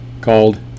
called